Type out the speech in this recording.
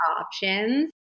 options